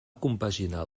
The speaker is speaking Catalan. compaginar